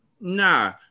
Nah